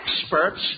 experts